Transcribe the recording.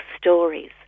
stories